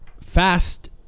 fast